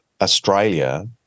Australia